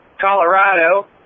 Colorado